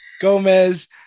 Gomez